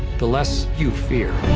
the less you fear.